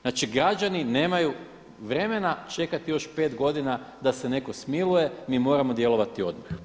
Znači građani nemaju vremena čekati još 5 godina da se netko smiluje, mi moramo djelovati odmah.